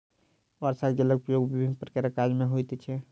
वर्षाक जलक उपयोग विभिन्न प्रकारक काज मे होइत छै